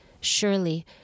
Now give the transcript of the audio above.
surely